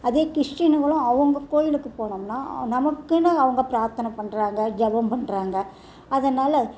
அதே கிறிஸ்டின்களும் அவங்க கோயிலுக்கு போனமுன்னால் நமக்குன்னு அவங்க பிராத்தனை பண்ணுறாங்க ஜெபம் பண்ணுறாங்க அதனால்